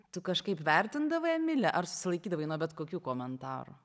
tu kažkaip vertindavai emilį ar susilaikydavai nuo bet kokių komentarų